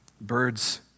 Birds